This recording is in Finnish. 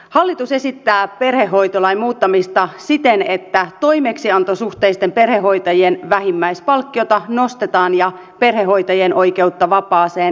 hallitus esittää perhehoitolain muuttamista siten että toimeksiantosuhteisten perhehoitajien vähimmäispalkkiota nostetaan ja perhehoitajien oikeutta vapaaseen lisätään